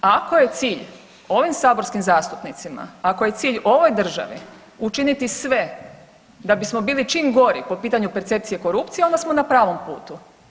Ako je cilj ovim saborskim zastupnicima, ako je cilj ovoj državi učiniti sve da bismo bili čim gori po pitanju percepcije korupcije onda smo na pravom putu.